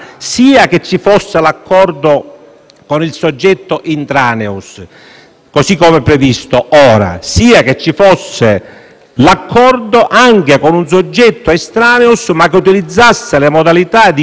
con un soggetto *intraneus* - così come previsto attualmente - sia che ci fosse l'accordo anche con un soggetto *extraneus*, ma che utilizzasse le modalità di cui all'articolo 416-*bis*.